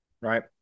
Right